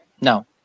No